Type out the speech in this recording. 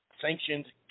sanctioned